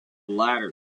latter